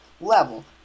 level